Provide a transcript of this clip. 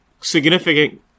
significant